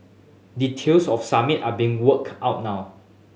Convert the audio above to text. details of summit are being work out now